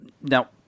Now